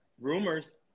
Rumors